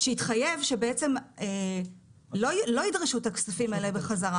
שהתחייב שלא ידרשו את הכספים האלה בחזרה.